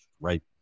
right